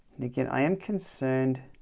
and again, i am concerned